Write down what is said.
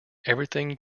everything